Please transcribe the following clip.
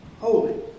holy